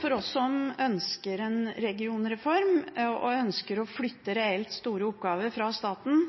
For oss som ønsker en regionreform og ønsker å flytte reelt store oppgaver fra staten